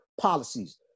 policies